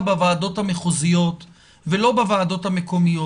בוועדות המחוזיות ולא בוועדות המקומיות.